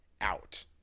out